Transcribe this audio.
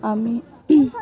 আমি